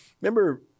Remember